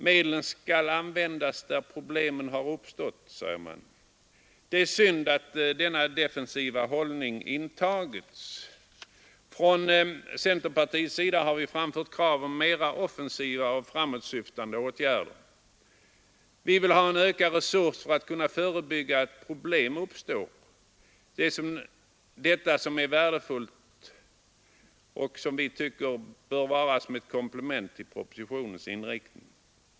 Medlen skall användas där problem har uppstått, säger man. Det är synd att denna defensiva hållning intagits. 127 Från centerpartiets sida har vi framfört krav om mera offensiva och framåtsyftande åtgärder. Vi vill ha ökade resurser för att kunna förebygga att problem uppstår, detta som ett värdefullt komplement till propositionens inriktning.